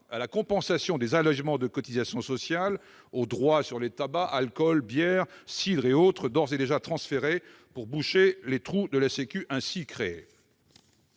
à la compensation des allégements de cotisations sociales, aux droits sur les tabacs, alcools, bières, cidres, etc., ressources d'ores et déjà transférées pour boucher les trous de la sécurité